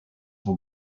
will